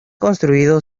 construido